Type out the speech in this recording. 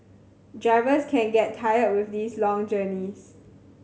drivers can get tired with these long journeys